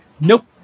nope